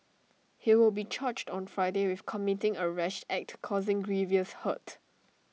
he will be charged on Friday with committing A rash act causing grievous hurt